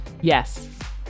Yes